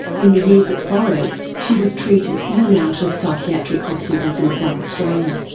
in the years that followed she was treated in and out of psychiatric hospitals in south australia.